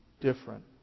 different